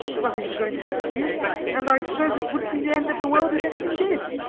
nothing's going to happen to you and i suppose it wouldn't be the end of the world if anything did.